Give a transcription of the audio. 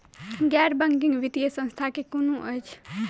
गैर बैंकिंग वित्तीय संस्था केँ कुन अछि?